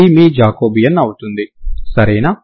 ఇది మీ జాకోబియన్ అవుతుంది సరేనా